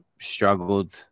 struggled